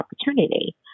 opportunity